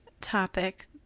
topic